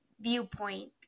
viewpoint